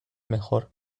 mejor